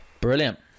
Brilliant